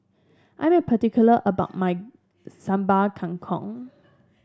I am particular about my Sambal Kangkong